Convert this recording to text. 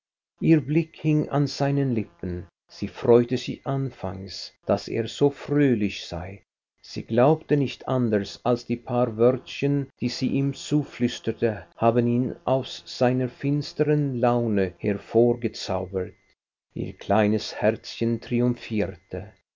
ihr blick hing an seinen lippen sie freute sich anfangs daß er so fröhlich sei sie glaubte nicht anders als die paar wörtchen die sie ihm zuflüsterte haben ihn aus seiner finstern laune hervorgezaubert ihr kleines herzchen triumphierte